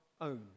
own